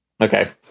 Okay